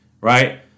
right